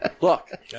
Look